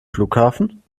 flughafen